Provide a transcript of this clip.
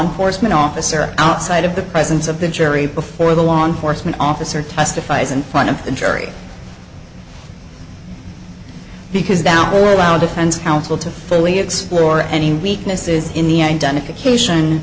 enforcement officer outside of the presence of the jury before the law enforcement officer testifies in front of the jury because down below around defense counsel to fully explore any weaknesses in the identification